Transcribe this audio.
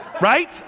Right